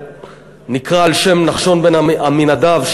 שנקרא על שם נחשון בן עמינדב,